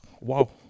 Wow